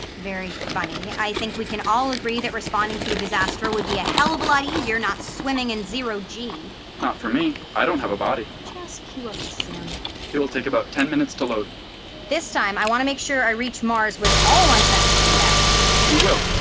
very funny. i think we can all agree that responding to a disaster would be a hell of a lot easier not swimming in zero g not for me. i don't have a body just cue up the sim it will take about ten minutes to load this time, i want to make sure i reach mars with all of my senses intact you will.